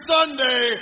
Sunday